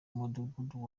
mudugudu